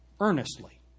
earnestly